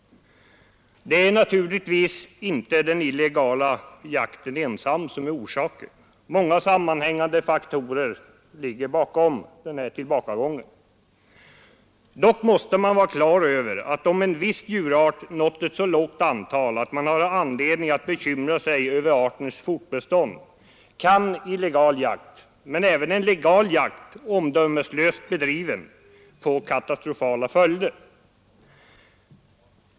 Det är naturligtvis inte den illegala jakten ensam som är orsaken. Många sammanhängande faktorer ligger bakom den här tillbakagången. Dock måste man ha klart för sig att om en viss djurart nått ett så litet antal att man har anledning att bekymra sig för dess fortbestånd, kan en illegal jakt men även en legal jakt, omdömeslöst bedriven, få katastrofala följder.